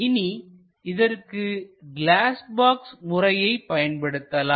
இனி இதற்கு glass pass முறையை பயன்படுத்தலாம்